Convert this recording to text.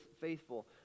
faithful